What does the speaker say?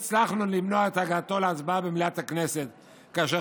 הצלחנו למנוע את הגעתו להצבעה במליאת הכנסת כאשר